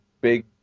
big